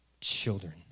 children